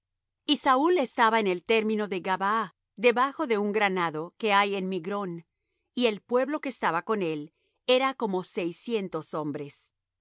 y saúl estaba en el término de gabaa debajo de un granado que hay en migrón y el pueblo que estaba con él era como seiscientos hombres